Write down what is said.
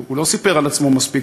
הוא לא סיפר על עצמו מספיק,